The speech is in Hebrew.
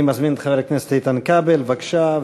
אני מזמין את חבר הכנסת איתן כבל, בבקשה.